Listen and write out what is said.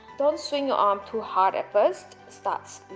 don't swing your arm too hard at first start